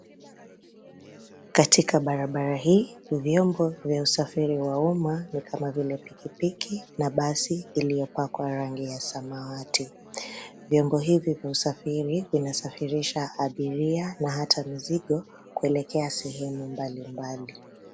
Katika barabara hii, vyombo vya usafiri wa umma ni kama vile pikipiki na basi iliyopakwa rangi ya samawati. Vyombo hivi vya usafiri vinasafirisha abiria na hata mizigo kuelekea sehemu mbalimbali.